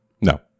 No